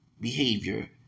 behavior